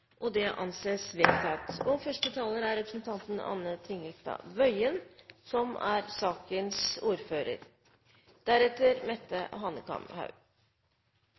– Det anses vedtatt. Første taler er Bente Thorsen, som er sakens ordfører.